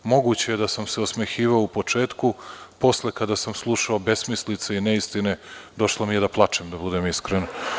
Moguće je da sam se osmehivao u početku, posle, kada sam slušao besmislice i neistine, došlo mi je da plačem, da budem iskren.